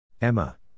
Emma